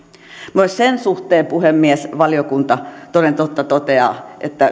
myös sen puhemies valiokunta toden totta toteaa että